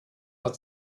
but